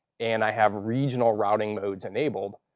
and i have regional routing modes enabled,